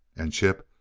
and chip,